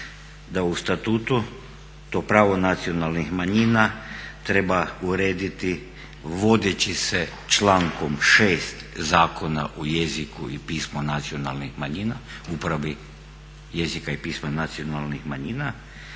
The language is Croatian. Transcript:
da u statutu to pravo nacionalnih manjina treba urediti vodeći se člankom 6. Zakona o jeziku i pismu nacionalnih manjina, u uporabi jezika i pisma nacionalnih manjina